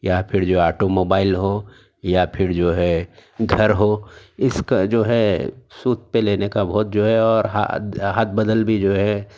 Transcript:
یا پھر جو آٹو موبائل ہو یا پھر جو ہے گھر ہو اس کا جو ہے سود پہ لینے کا بہت جو ہے حد حد بدل بھی جو ہے